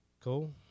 Cool